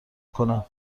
کنم